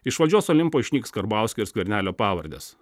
iš valdžios olimpo išnyks karbauskio ir skvernelio pavardės